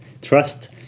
trust